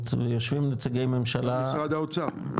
ויושבים נציגי ממשלה --- משרד האוצר.